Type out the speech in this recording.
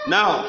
Now